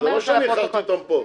זה לא שהכרחתי אותם פה,